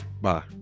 Bye